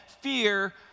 fear